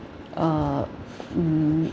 uh mm